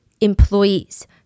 employees